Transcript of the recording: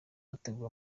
hateguwe